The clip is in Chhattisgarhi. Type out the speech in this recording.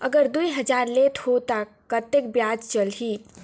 अगर दुई हजार लेत हो ता कतेक ब्याज चलही?